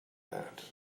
that